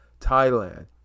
Thailand